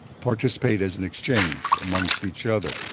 participate as an exchange amongst each other.